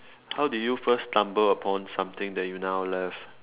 how did you first stumble upon something that you now love